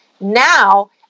Now